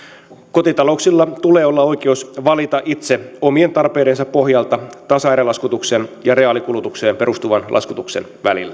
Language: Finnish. kotitalouksilla tulee olla oikeus valita itse omien tarpeidensa pohjalta tasaerälaskutuksen ja reaalikulutukseen perustuvan laskutuksen välillä